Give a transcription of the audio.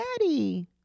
daddy